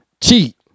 cheat